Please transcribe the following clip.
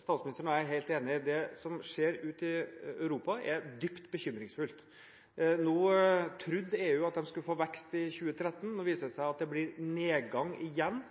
Statsministeren og jeg er helt enige. Det som skjer ute i Europa er dypt bekymringsfullt. EU trodde at de skulle få vekst i 2013. Nå viser det seg at det blir nedgang igjen